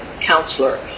counselor